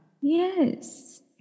Yes